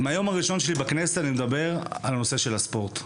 מן היום הראשון שלי בכנסת אני מדבר על נושא הספורט.